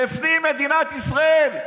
בפנים מדינת ישראל,